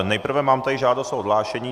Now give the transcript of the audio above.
Nejprve mám tady žádost o odhlášení.